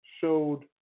showed